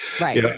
right